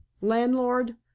Landlord